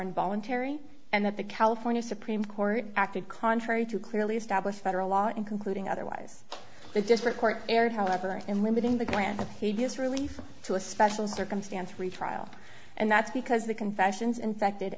involuntary and that the california supreme court acted contrary to clearly established federal law in concluding otherwise it just report aired however and limiting the grant he has really to a special circumstance retrial and that's because the confessions infected